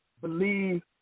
believe